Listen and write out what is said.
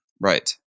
Right